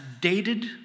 dated